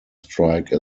strike